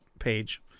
Page